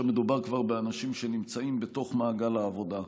גם כאשר מדובר כבר באנשים שנמצאים בתוך מעגל העבודה.